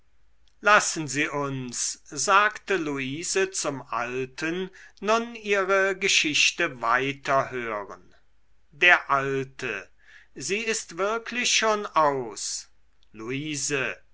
lassen sie uns sagte luise zum alten nun ihre geschichte weiter hören der alte sie ist wirklich schon aus luise